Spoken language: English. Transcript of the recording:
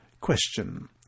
Question